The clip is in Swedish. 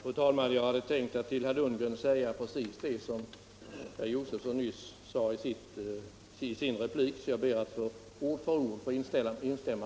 Fru talman! Jag ville till herr Lundgren säga precis detsamma som herr Josefson nyss sade i sin replik, och jag ber att få ord för ord instämma med herr Josefson.